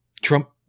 Trump